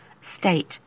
state